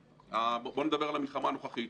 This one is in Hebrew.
בוא נדבר על המלחמה הנוכחית.